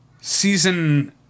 Season